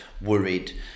worried